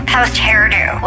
Post-hairdo